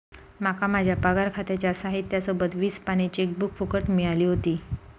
माका माझ्या पगार खात्याच्या साहित्या सोबत वीस पानी चेकबुक फुकट मिळाली व्हती